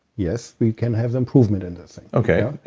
yes, we can have improvement in this thing okay,